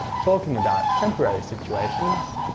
talking about temporary situations